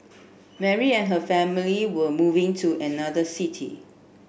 Mary and her family were moving to another city